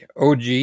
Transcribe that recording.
OG